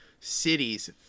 cities